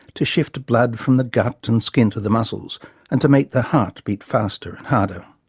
to shift blood from the gut and skin to the muscles and to make the heart beat faster and harder.